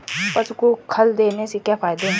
पशु को खल देने से क्या फायदे हैं?